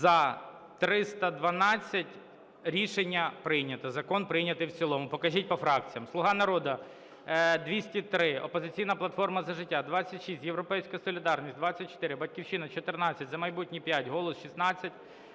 За-312 Рішення прийнято. Закон прийнятий в цілому. Покажіть по фракціях. "Слуга народу" – 203, "Опозиційна платформа – За життя" – 26, "Європейська солідарність" – 24, "Батьківщина" – 14, "За майбутнє" – 5, "Голос" –